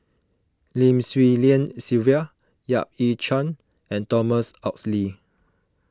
Lim Swee Lian Sylvia Yap Ee Chian and Thomas Oxley